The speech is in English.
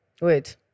Wait